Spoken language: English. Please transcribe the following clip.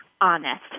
honest